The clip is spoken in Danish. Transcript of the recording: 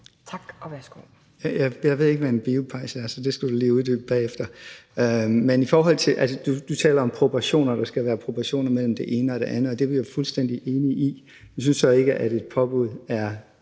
Hulgaard (KF): Jeg ved ikke, hvad en biopejs er, så det skal du lige uddybe bagefter. Men du taler om proportioner, at der skal være proportioner mellem det ene og det andet, og det er vi fuldstændig enige i. Vi synes så ikke, at et forbud er